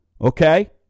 okay